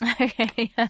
Okay